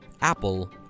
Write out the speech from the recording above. Apple